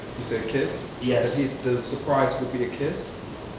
you said kiss. yes. the the surprise would be a kiss.